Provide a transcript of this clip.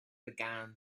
began